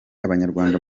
abanyarwanda